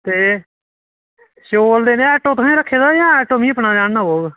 ते चलो तुसें ऑटो रक्खे दा जडां ऑटो बी में लेआना पौग